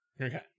Okay